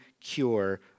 cure